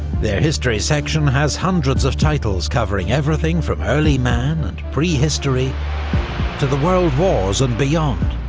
their history section has hundreds of titles covering everything from early man and prehistory. to the world wars and beyond.